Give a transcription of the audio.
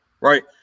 Right